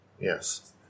Yes